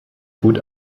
gut